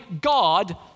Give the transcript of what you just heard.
God